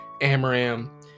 Amram